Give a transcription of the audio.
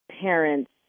parents